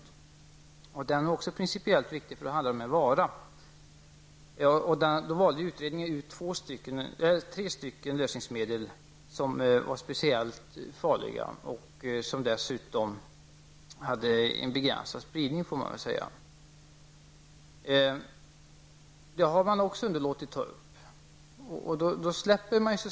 Den avgiften är också principiellt riktig, eftersom det här handlar om en vara. Utredningen valde ut tre lösningsmedel som är speciellt farliga och som dessutom har en begränsad spridning. Även det förslaget har regeringen underlåtit att ta upp.